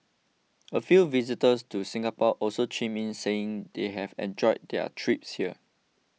a few visitors to Singapore also chimed in saying they've enjoyed their trips here